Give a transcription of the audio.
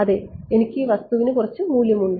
അതെ എനിക്ക് ഈ വസ്തുവിന് കുറച്ച് മൂല്യമുണ്ട്